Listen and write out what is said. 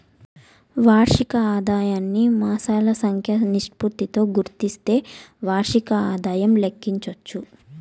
వార్షిక ఆదాయాన్ని మాసాల సంఖ్య నిష్పత్తితో గుస్తిస్తే వార్షిక ఆదాయం లెక్కించచ్చు